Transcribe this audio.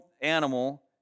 animal